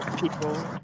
people